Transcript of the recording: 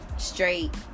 Straight